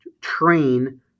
train